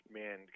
man